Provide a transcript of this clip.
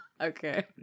Okay